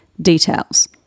details